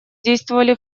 действовали